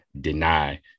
deny